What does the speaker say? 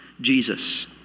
Jesus